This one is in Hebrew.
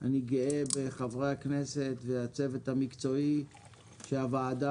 אני גאה בחבריי הכנסת והצוות המקצועי שהוועדה